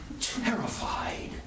terrified